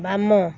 ବାମ